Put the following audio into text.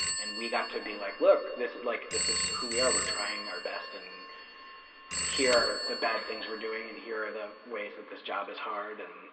and we got to be like, look. this like this is who we are. we're trying our best, and here are the bad things we're doing, and here are the ways that this job is hard, and